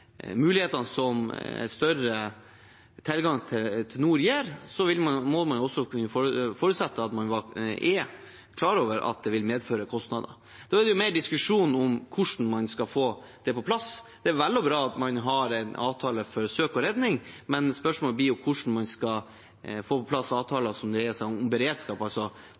mulighetene som større tilgang til nord gir, må man også kunne forutsette at man er klar over at det vil medføre kostnader. Da er det mer diskusjon om hvordan man skal få det på plass. Det er vel og bra at man har en avtale for søk og redning, men spørsmålet blir hvordan man skal få på plass avtaler om beredskap, altså